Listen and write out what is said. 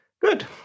Good